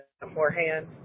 beforehand